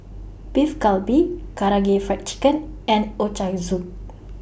Beef Galbi Karaage Fried Chicken and Ochazuke